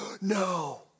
no